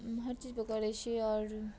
हर चीजपर करैत छी आओर